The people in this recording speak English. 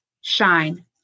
shine